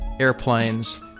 Airplanes